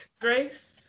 Grace